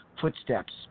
Footsteps